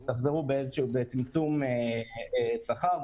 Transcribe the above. תחזרו בצמצום שכר,